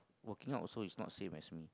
working out is also not same as me